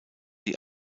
die